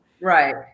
Right